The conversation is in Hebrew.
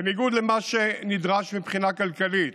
בניגוד למה שנדרש מבחינה כלכלית,